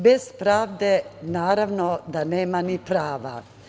Bez pravde, naravno, da nema ni prava.